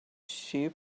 sheep